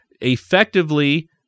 effectively